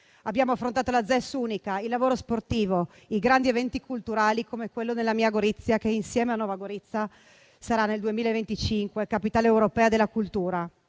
Abbiamo affrontato la ZES unica, il lavoro sportivo, i grandi eventi culturali come quello nella mia Gorizia che, insieme a Nova Gorica, sarà nel 2025 Capitale europea della cultura.